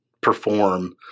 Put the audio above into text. perform